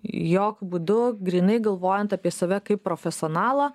jokiu būdu grynai galvojant apie save kaip profesionalą